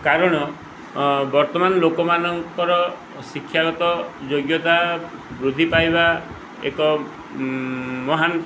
କାରଣ ବର୍ତ୍ତମାନ ଲୋକମାନଙ୍କର ଶିକ୍ଷାଗତ ଯୋଗ୍ୟତା ବୃଦ୍ଧି ପାଇବା ଏକ ମହାନ